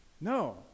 No